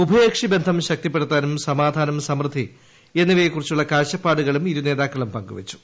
ഉഭയകക്ഷി ബന്ധം ശക്തിപ്പെടുത്താനും സമാധാനം സമൃദ്ധി എന്നിവയെ കുറിച്ചുള്ള കാഴ്ചപ്പാടുകളും ഇരുനേതാക്കളും പങ്കുവച്ചു